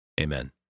amen